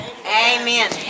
Amen